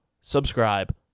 subscribe